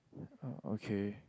uh okay